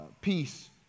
peace